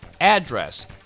address